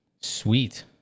Sweet